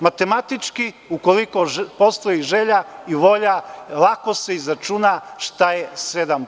Matematički, ukoliko postoji želja i volja lako se izračuna šta je 7%